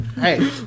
Hey